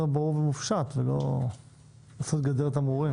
ברור ומופשט ולא לעשות גדר תמרורים.